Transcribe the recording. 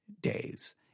days